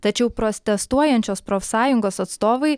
tačiau protestuojančios profsąjungos atstovai